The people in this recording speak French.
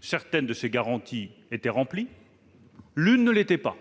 Certaines de ces garanties étaient remplies ; l'une ne l'était pas,